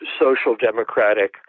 social-democratic